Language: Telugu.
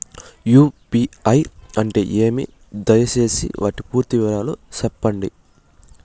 యు.పి.ఐ అంటే ఏమి? దయసేసి వాటి పూర్తి వివరాలు సెప్పండి?